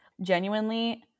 Genuinely